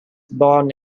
born